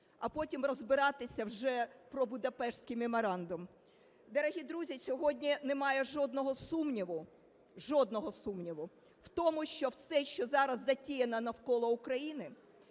а потім розбиратися вже про Будапештський меморандум. Дорогі друзі, сьогодні немає жодного сумніву, жодного сумніву, в тому, що все, що зараз затіяно навколо України,